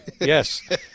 Yes